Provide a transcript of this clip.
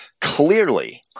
clearly